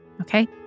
Okay